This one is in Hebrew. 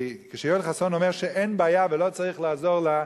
שכשיואל חסון אומר שאין בעיה ולא צריך לעזור לה,